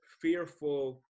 fearful